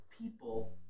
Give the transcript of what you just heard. people